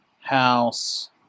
house